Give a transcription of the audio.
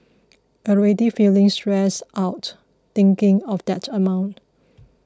already feeling stressed out thinking of that amount